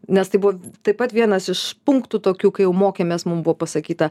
nes tai buvo taip pat vienas iš punktų tokių kai jau mokėmės mum buvo pasakyta